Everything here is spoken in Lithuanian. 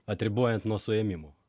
atribojant nuo suėmimo